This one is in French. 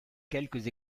quelques